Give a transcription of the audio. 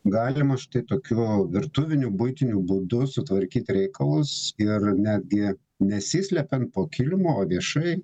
galima štai tokiu virtuviniu buitiniu būdu sutvarkyt reikalus ir netgi nesislepiant po kilimu o viešai